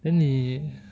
then 你